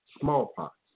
smallpox